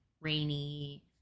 rainy